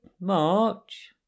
march